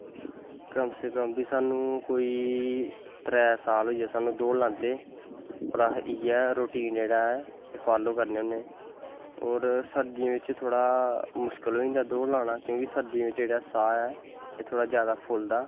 कम से कम बी साह्नू कोई त्रै साल होईये साह्नू दौड़ लांदैं इयै रोटीन जेह्ड़ा फालो करनें होने और सर्दियैं बिच्च थोह्ड़ा मुश्कल होई जंदा दौड़ लाना क्योंकि सर्दियैं बिच्च जेह्ड़ा स्हा ऐ एह् थोह्ड़ा जादा फुलदा